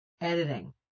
editing